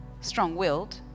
Strong-willed